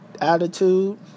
attitude